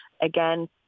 Again